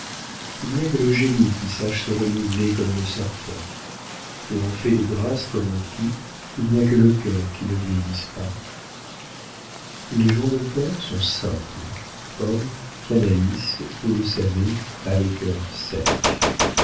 il n'y a que le génie qui sache se renouveler comme le serpent et en fait de grâce comme en tout il n'y a que le cœur qui ne vieillisse pas les gens de cœur sont simples or canalis vous le savez a le cœur sec